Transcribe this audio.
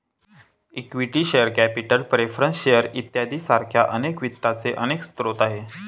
equity share capital preference shares इत्यादी सारख्या वित्ताचे अनेक स्रोत आहेत